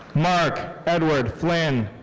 mark edward flynn.